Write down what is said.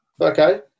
Okay